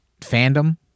fandom